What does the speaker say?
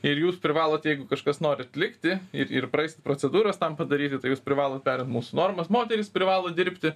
ir jūs privalot jeigu kažkas norit likti ir ir praeist procedūras tam padaryti tai jūs privalot perimt mūsų normas moterys privalo dirbti